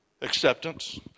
acceptance